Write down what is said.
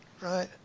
right